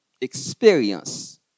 experience